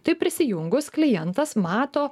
tai prisijungus klientas mato